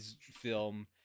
film